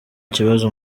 kibazo